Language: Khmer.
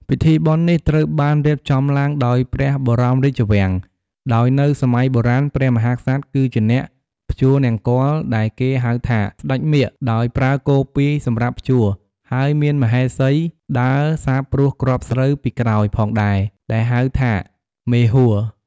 ពិធីបុណ្យនេះត្រូវបានរៀបចំឡើងដោយព្រះបរមរាជវាំង ដោយនៅសម័យបុរាណព្រះមហាក្សត្រគឺជាអ្នកភ្ជួរនង្គ័លដែលគេហៅថាសេ្ដចមាឃ ដោយប្រើគោ២សម្រាប់ភ្ជួរ ហើយមានមហេសីដើរសាបព្រួសគ្រាប់ស្រូវពីក្រោយផងដែរដែលគេហៅថាមេហួរ ។